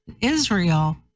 Israel